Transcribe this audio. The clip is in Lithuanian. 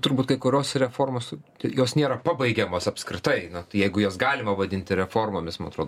turbūt kai kurios reformos tik jos nėra pabaigiamos apskritai na tai jeigu jas galima vadinti reformomis man atrodo